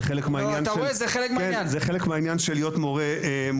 זה חלק מהעניין של להיות מורה מוכשר.